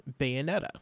Bayonetta